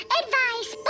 advice